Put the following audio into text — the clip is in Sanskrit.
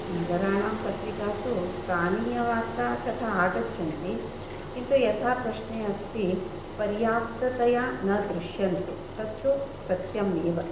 नगराणां पत्रिकासु स्थानीयवार्ता तथा आगच्छन्ति किन्तु यथा प्रश्ने अस्ति पर्याप्ततया न दृश्यन्ते तत्तु सत्यम् एव